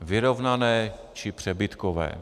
Vyrovnané či přebytkové.